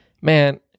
man